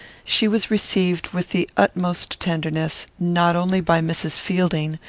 she was received with the utmost tenderness, not only by mrs. fielding,